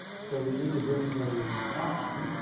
so, we need to bring those on.